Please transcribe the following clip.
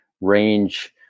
range